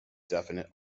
definite